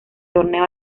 torneo